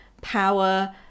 power